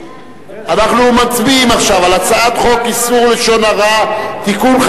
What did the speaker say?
אנחנו מצביעים עכשיו על הצעת חוק לשון הרע (תיקון,